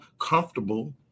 comfortable